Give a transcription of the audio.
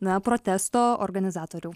na protesto organizatorių